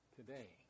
today